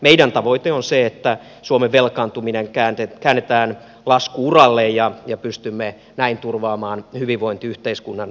meidän tavoitteemme on se että suomen velkaantuminen käännetään lasku uralle ja pystymme näin turvaamaan hyvinvointiyhteiskunnan tulevaisuudessakin